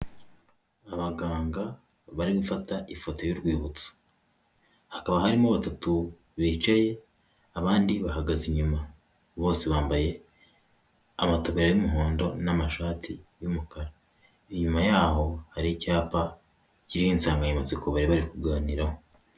Abaganga bari gufata ifoto y'urwibutso. Hakaba harimo batatu bicaye, abandi bahagaze inyuma. Bose bambaye amataburiya y'umuhondo n'amashati y'umukara. Inyuma yaho, hari icyapa kiriho insanganyamatsiko bari bari kuganiraho.